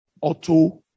auto